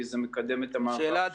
כי זה מקדם את המעבר של הממשלה לענן.